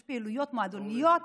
יש פעילויות, מועדוניות,